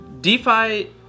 DeFi